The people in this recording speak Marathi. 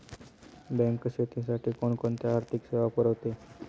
बँक शेतीसाठी कोणकोणत्या आर्थिक सेवा पुरवते?